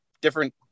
different